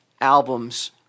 albums